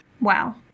Wow